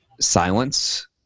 silence